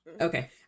okay